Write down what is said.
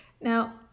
Now